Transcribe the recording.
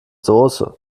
soße